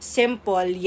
simple